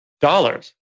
dollars